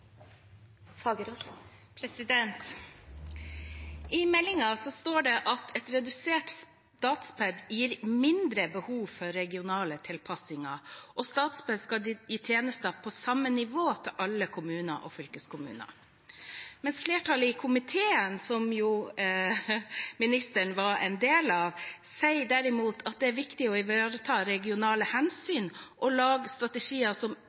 I meldingen står det at et redusert Statped «gir mindre behov for regionale tilpasninger. Statped skal gi tjenester på samme nivå til alle kommuner og fylkeskommuner». Flertallet i komiteen, som jo ministeren var en del av, sier derimot at det er «viktig å ivareta regionale hensyn og lage strategier som